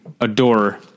adore